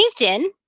LinkedIn